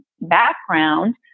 background